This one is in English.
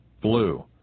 blue